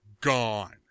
gone